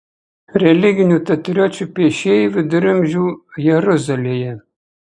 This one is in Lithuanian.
religinių tatuiruočių piešėjai viduramžių jeruzalėje